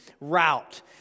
route